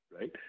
right